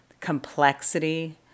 complexity